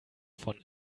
von